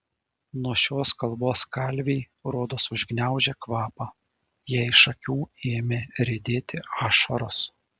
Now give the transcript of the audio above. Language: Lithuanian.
nuo šios kalbos kalvei rodos užgniaužė kvapą jai iš akių ėmė riedėti ašaros